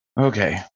Okay